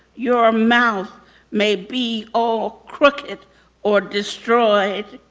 your mouth may be all crooked or destroyed.